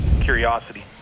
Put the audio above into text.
curiosity